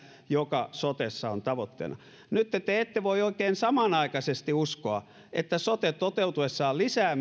joka sotessa on tavoitteena nyt te te ette oikein voi samanaikaisesti uskoa että sote toteutuessaan lisää